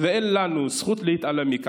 ואין לנו זכות להתעלם מכך.